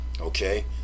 okay